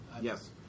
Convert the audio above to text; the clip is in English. Yes